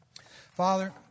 Father